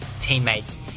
teammates